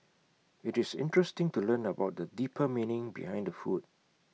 IT is interesting to learn about the deeper meaning behind the food